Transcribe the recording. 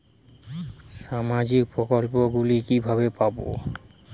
সামাজিক প্রকল্প গুলি কিভাবে পাব?